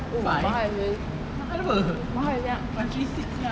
five hundred mahal sia